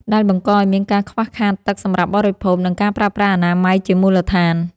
ដែលបង្កឱ្យមានការខ្វះខាតទឹកសម្រាប់បរិភោគ និងការប្រើប្រាស់អនាម័យជាមូលដ្ឋាន។